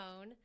own